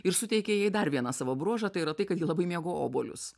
ir suteikė jai dar vieną savo bruožą tai yra tai kad ji labai mėgo obuolius